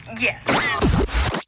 Yes